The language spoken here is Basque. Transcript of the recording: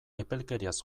epelkeriaz